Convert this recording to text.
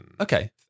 Okay